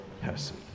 person